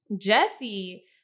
Jesse